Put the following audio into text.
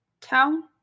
town